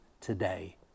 today